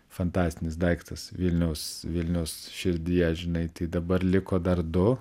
fantastinis daiktas vilniaus vilniaus širdyje žinai tai dabar liko dar du